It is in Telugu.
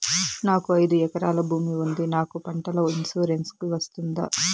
నాకు ఐదు ఎకరాల భూమి ఉంది నాకు పంటల ఇన్సూరెన్సుకు వస్తుందా?